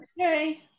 Okay